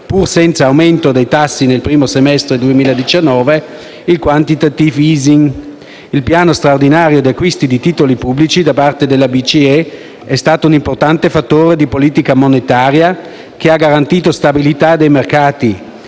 Il piano straordinario di acquisti di titoli pubblici da parte della BCE è stato un importante fattore di politica monetaria che ha garantito stabilità dei mercati,